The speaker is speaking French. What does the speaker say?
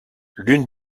l’une